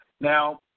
Now